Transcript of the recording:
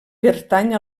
pertany